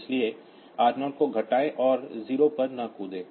इसलिए R0 को घटाएं और 0 पर न कूदें